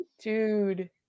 dude